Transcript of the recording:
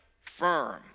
firm